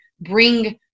bring